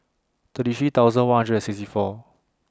thirty three thousand one hundred and sixty four